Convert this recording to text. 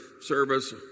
service